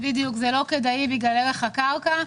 בדיוק, לצערי זה לא כדאי בגלל ערך הקרקע.